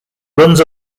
runs